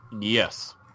Yes